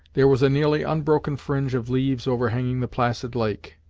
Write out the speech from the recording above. there was a nearly unbroken fringe of leaves overhanging the placid lake,